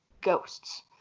ghosts